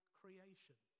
creation